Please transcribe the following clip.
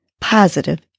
positive